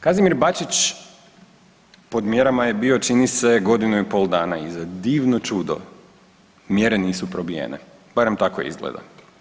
Kazimir Bačić pod mjerama je bio čini se godinu i pol dana i za divno čudo mjere nisu probijene, barem tako izgleda.